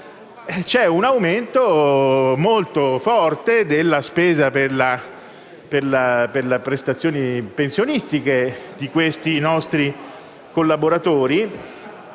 è un aumento molto forte della spesa per le prestazioni pensionistiche per questi nostri collaboratori: